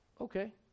Okay